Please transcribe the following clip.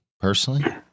personally